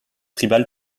tribal